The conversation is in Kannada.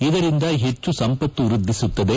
ಇದರಿಂದ ಹೆಚ್ಚು ಸಂಪತ್ತು ವೃದ್ಧಿಸುತ್ತದೆ